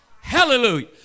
Hallelujah